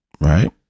right